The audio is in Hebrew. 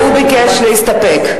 להסתפק, הוא ביקש להסתפק.